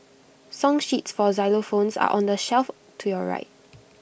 song sheets for xylophones are on the shelf to your right